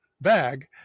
bag